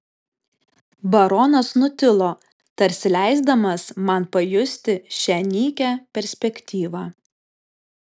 baronas nutilo tarsi leisdamas man pajusti šią nykią perspektyvą